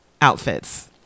outfits